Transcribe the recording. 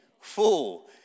full